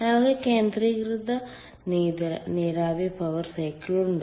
ഞങ്ങൾക്ക് കേന്ദ്രീകൃത നീരാവി പവർ സൈക്കിൾ ഉണ്ട്